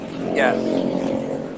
Yes